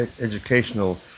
educational